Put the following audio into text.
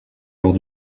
lors